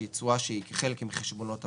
שהיא תשואה שהיא חלק מחשבונות הממשלה,